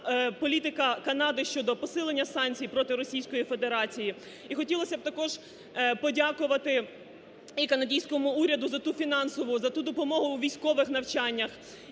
політика Канади щодо посилення санкцій проти Російської Федерації. І хотілося б також подякувати і канадійському уряду за ту фінансову, за ту допомогу у військових навчаннях,